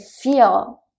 feel